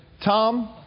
Tom